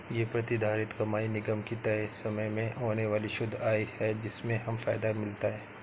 ये प्रतिधारित कमाई निगम की तय समय में होने वाली शुद्ध आय है जिससे हमें फायदा मिलता है